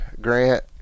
Grant